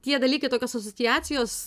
tie dalykai tokios asociacijos